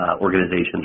organizations